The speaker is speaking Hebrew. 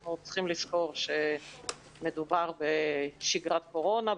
אנחנו צריכים לזכור שמדובר בשגרת קורונה,